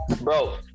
Bro